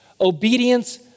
Obedience